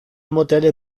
modelle